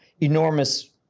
enormous